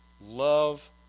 love